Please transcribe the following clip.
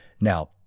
Now